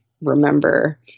remember